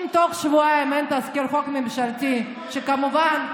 אם תוך שבועיים אין תזכיר חוק ממשלתי, כמובן,